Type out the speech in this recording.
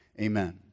amen